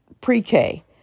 pre-K